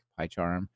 PyCharm